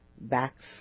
backs